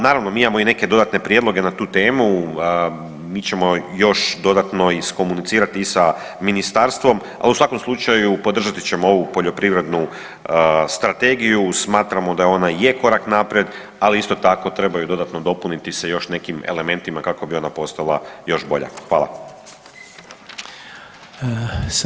Naravno, mi imamo i neke dodatne prijedloge na tu temu, mi ćemo još dodatno iskomunicirati i sa ministarstvom, ali u svakom slučaju podržati ćemo ovu poljoprivrednu strategiju, smatramo da ona je korak naprijed, ali isto tako treba ju dodatno dopuniti sa još nekim elementima kako bi ona postala još bolja.